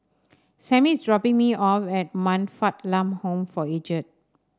Samie is dropping me off at Man Fatt Lam Home for Aged